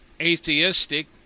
atheistic